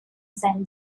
san